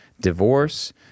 divorce